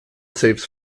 saves